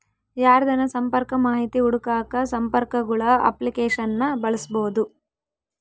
ಯಾರ್ದನ ಸಂಪರ್ಕ ಮಾಹಿತಿ ಹುಡುಕಾಕ ಸಂಪರ್ಕಗುಳ ಅಪ್ಲಿಕೇಶನ್ನ ಬಳಸ್ಬೋದು